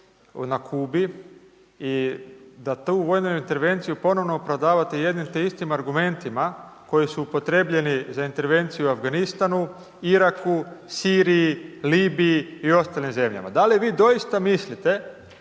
na Kubi i da tu vojnu intervenciju ponovo prodavate jednim te istim argumentima koji su upotrebljeni za intervenciju u Afganistanu, Iraku, Siriji, Libiji i ostalim zemljama. Da li vi doista mislite